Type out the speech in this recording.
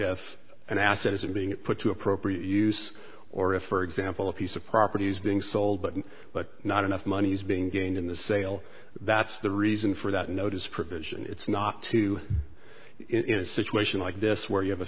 if an asset isn't being put to appropriate use or if for example a piece of property is being sold but but not enough money is being gained in the sale that's the reason for that notice provision it's not to in a situation like this where you have a